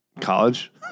college